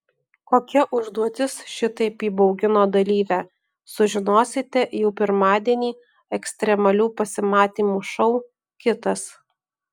kokia užduotis šitaip įbaugino dalyvę sužinosite jau pirmadienį ekstremalių pasimatymų šou kitas